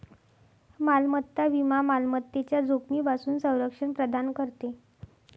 मालमत्ता विमा मालमत्तेच्या जोखमीपासून संरक्षण प्रदान करते